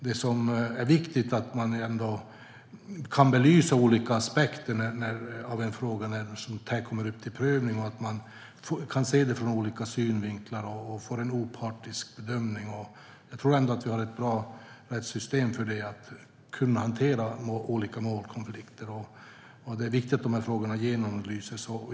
Det är viktigt att man kan belysa olika aspekter av en fråga när sådant här kommer upp till prövning och att man kan se det från olika synvinklar och få en opartisk bedömning. Jag tror ändå att vi har ett bra rättssystem för att kunna hantera olika målkonflikter, och det är viktigt att de här frågorna genomlyses.